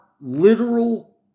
literal